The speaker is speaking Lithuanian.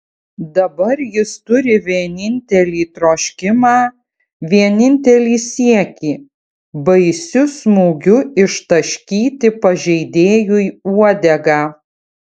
dabar jis turi vienintelį troškimą vienintelį siekį baisiu smūgiu ištaškyti pažeidėjui uodegą